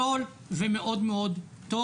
זול ומאוד טוב,